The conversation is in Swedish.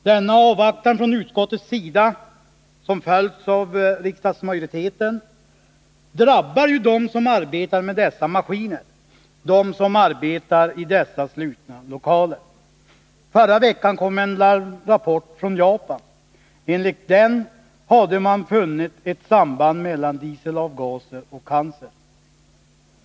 Denna avvaktan från utskottets sida, som följts av riksdagsmajoriteten, drabbar ju dem som arbetar med dessa maskiner, dem som arbetar i dessa slutna lokaler. Förra veckan kom en larmrapport från Japan. Enligt den hade man funnit ett samband mellan dieselavgaser och cancer.